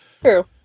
true